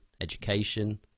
education